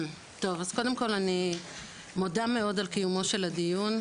טוב, אז קודם כל אני מודה מאוד על קיומו של הדיון.